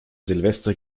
silvester